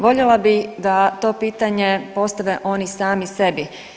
Voljela bi da to pitanje postave oni sami sebi.